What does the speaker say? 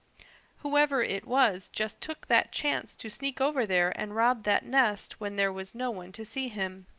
whoever it was just took that chance to sneak over there and rob that nest when there was no one to see him.